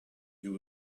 you